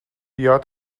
یاد